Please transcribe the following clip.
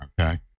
Okay